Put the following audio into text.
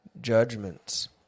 judgments